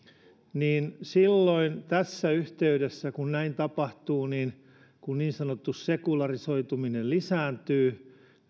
niin silloin tässä yhteydessä kun näin tapahtuu kun niin sanottu sekularisoituminen lisääntyy